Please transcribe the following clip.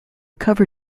cover